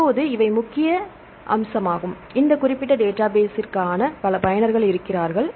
இப்போது இவை முக்கிய அம்சமாகும் இந்த குறிப்பிட்ட டேட்டாபேஸ்ஸிற்கான பல பயனர்கள் இருக்கிறார்கள்